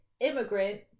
immigrant